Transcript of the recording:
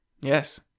Yes